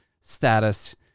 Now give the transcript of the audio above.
status